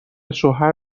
شوهر